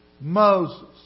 Moses